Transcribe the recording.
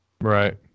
Right